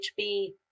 HB